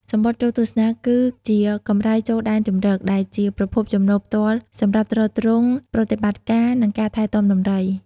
សំបុត្រចូលទស្សនា គឺជា កម្រៃចូលដែនជម្រក ដែលជាប្រភពចំណូលផ្ទាល់សម្រាប់ទ្រទ្រង់ប្រតិបត្តិការ និងការថែទាំដំរី។